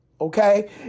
okay